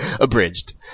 abridged